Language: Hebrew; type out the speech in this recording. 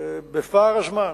בפער הזמן